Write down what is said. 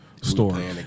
story